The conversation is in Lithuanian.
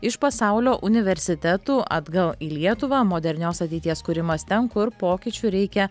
iš pasaulio universitetų atgal į lietuvą modernios ateities kūrimas ten kur pokyčių reikia